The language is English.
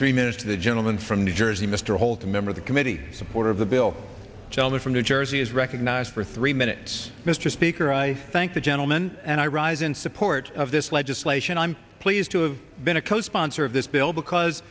dreamin to the gentleman from new jersey mr holcombe member of the committee support of the bill gentleman from new jersey is recognized for three minutes mr speaker i thank the gentleman and i rise in support of this legislation i'm pleased to have been a co sponsor of this bill because